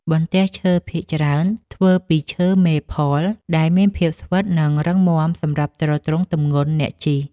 បន្ទះឈើ ភាគច្រើនធ្វើពីឈើម៉េផល ដែលមានភាពស្វិត និងរឹងមាំសម្រាប់ទ្រទ្រង់ទម្ងន់អ្នកជិះ។